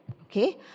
okay